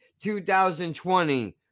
2020